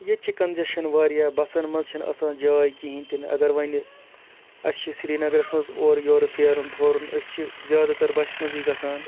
ییٚتہِ چھِ کَنجشَن واریاہ بَسَن منٛز چھنہٕ آسان جاے کِہیٖنۍ تہِ نہٕ اگر وۄنۍ اَسہِ چھُ سرینَگرَس منٛز اورٕ یورٕ پھیرُن تھورُن أسۍ چھِ زیادٕ تَر بَسہِ منٛزٕے گژھان